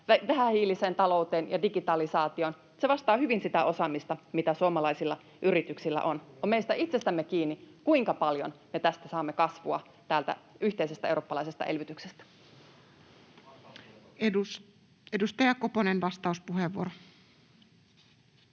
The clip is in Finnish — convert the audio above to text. vähähiiliseen talouteen ja digitalisaatioon. Se vastaa hyvin sitä osaamista, mitä suomalaisilla yrityksillä on. On meistä itsestämme kiinni, kuinka paljon me saamme kasvua tästä yhteisestä eurooppalaisesta elvytyksestä. Edustaja Koponen, vastauspuheenvuoro.